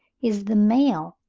is the male,